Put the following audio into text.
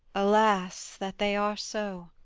alas, that they are so